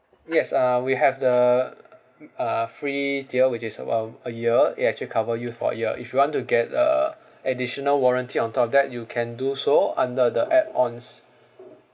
yes uh we have the uh free tier which is about a year it actually cover you for a year if you want to get a additional warranty on top of that you can do so under the add ons